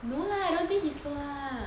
no lah I don't think he's slow lah